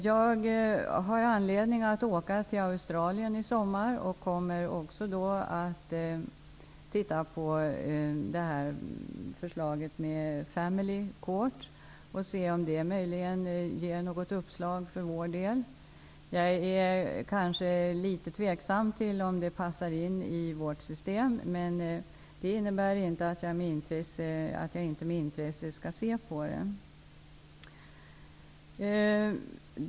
Jag har anledning att åka till Australien i sommar och kommer att titta på förslaget om s.k. family court för att se om det möjligen ger något uppslag för vår del. Jag är litet tveksam till om det passar in i vårt system, men det innebär inte att jag inte med intresse skall se på det.